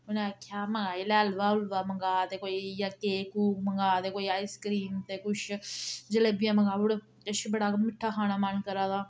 उनें आखेआ माय इ'यै हलवा हुलवा मंगा ते कोई जां केक कूक मंगा ते कोई आइसक्रीम ते कुछ जलेबियां मंगाउड़ किश बड़ा मिट्ठा खाने मन करा दा